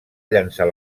llançar